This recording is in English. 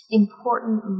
important